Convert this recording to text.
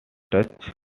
touched